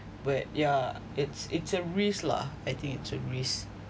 but yeah it's it's a risk lah I think it's a risk